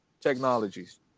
Technologies